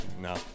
No